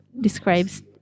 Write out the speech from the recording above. describes